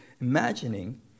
imagining